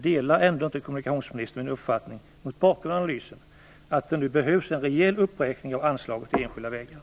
Delar ändå inte kommunikationsministern mot bakgrund av analysen min uppfattning att det nu behövs en rejäl uppräkning av anslaget till det enskilda vägnätet?